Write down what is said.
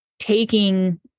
taking